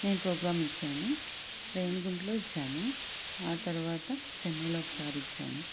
నేను ప్రోగ్రామ్ ఇచ్చాను రేణిగుంటలో ఇచ్చాను ఆ తర్వాత చెన్నైలో ఒకసారి ఇచ్చాను